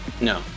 No